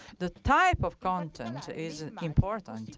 the type of content is important.